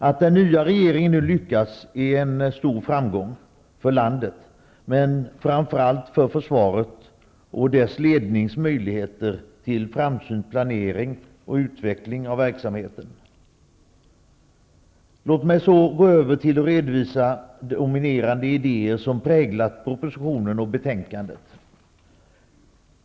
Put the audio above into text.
Att den nya regeringen nu lyckats är en stor framgång för landet, men framför allt för försvaret och dess lednings möjligheter till framsynt planering och utveckling av verksamheten. Låt mig härefter gå över till att redovisa de dominerande idéer som präglat propositionen och betänkandet.